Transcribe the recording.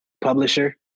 publisher